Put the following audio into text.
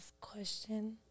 question